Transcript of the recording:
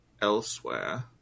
elsewhere